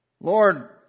Lord